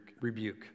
rebuke